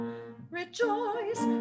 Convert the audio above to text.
rejoice